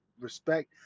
respect